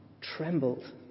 trembled